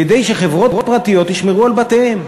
כדי שחברות פרטיות ישמרו על בתיהם.